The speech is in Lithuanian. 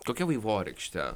kokia vaivorykštė